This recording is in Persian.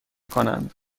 کنند